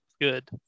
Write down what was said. Good